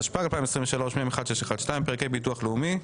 התשפ"ג-2023, מ/1612, פרק ה' (ביטוח לאומי).